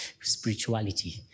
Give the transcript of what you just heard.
spirituality